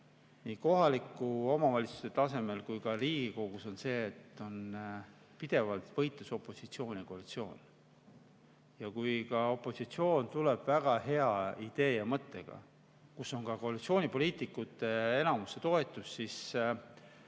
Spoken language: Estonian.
nii kohaliku omavalitsuse tasemel kui ka Riigikogus on pidevalt võitlus: opositsioon ja koalitsioon. Kui opositsioon tuleb väga hea idee või mõttega, millel on ka koalitsioonipoliitikute enamuse toetus, siis